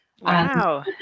Wow